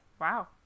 wow